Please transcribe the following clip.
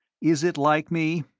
is it like me?